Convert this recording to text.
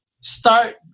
start